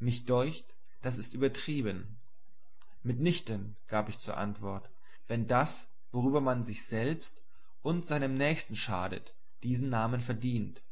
mich deucht das ist übertrieben mit nichten gab ich zur antwort wenn das womit man sich selbst und seinem nächsten schadet diesen namen verdient